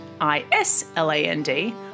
I-S-L-A-N-D